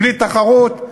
בלי תחרות,